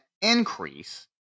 increase